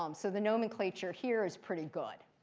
um so the nomenclature here is pretty good.